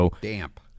Damp